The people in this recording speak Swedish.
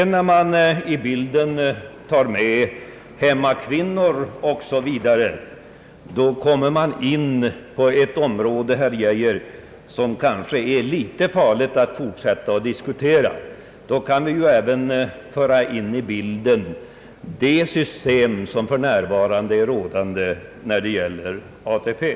När man sedan i bilden tar med hemmakvinnor 0. s. v. kommer man in på ett område, herr Geijer, som kanske är litet farligt att fortsätta att diskutera. Då kan vi ju även föra in i bilden det system som för närvarande är rådande när det gäller ATP.